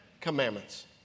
commandments